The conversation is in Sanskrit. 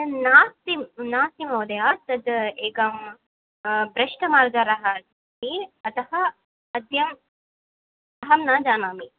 नास्ति नास्ति महोदय तद् एकं भ्रष्टमार्जारः अस्ति अतः अद्य अहं न जानामि